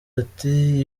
ati